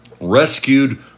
rescued